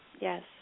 Yes